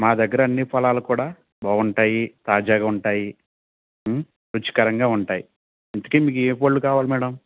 మా దగ్గర అన్ని ఫలాలు కూడా బాగుంటాయి తాజాగా ఉంటాయి రుచికరంగా ఉంటాయి ఇంతకీ మీకు ఏ పళ్ళు కావాలి మేడం